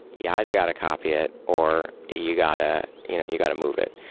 you either got to copy it or you got ah you know you got to move it.